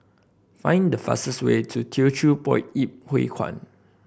find the fastest way to Teochew Poit Ip Huay Kuan